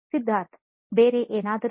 ಸಿದ್ಧಾರ್ಥ್ ಬೇರೆ ಏನಾದರೂ